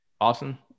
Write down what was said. Awesome